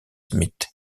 smith